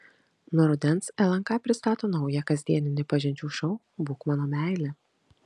nuo rudens lnk pristato naują kasdieninį pažinčių šou būk mano meile